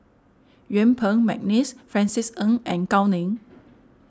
Yuen Peng McNeice Francis Ng and Gao Ning